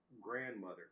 grandmother